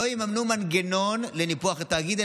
לא יממנו מנגנון לניפוח התאגיד,